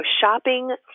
shopping